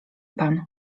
pan